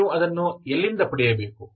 ನೀವು ಅದನ್ನು ಎಲ್ಲಿಂದ ಪಡೆಯಬೇಕು